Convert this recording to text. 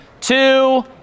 two